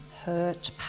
hurt